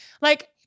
Like-